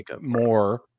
more